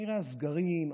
כנראה הסגרים,